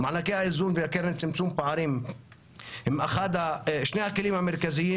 מענקי האיזון והקרן לצמצום פערים הם שני הכלים המרכזיים